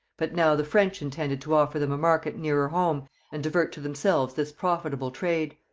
but now the french intended to offer them a market nearer home and divert to themselves this profitable trade.